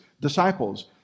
disciples